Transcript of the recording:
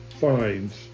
finds